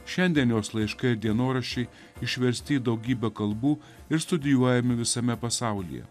šiandien jos laiškai dienoraščiai išversti į daugybę kalbų ir studijuojami visame pasaulyje